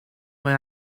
mae